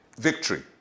victory